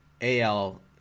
AL